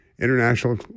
International